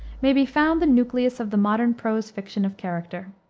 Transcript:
may be found the nucleus of the modern prose fiction of character.